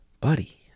Buddy